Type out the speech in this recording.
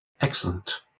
Excellent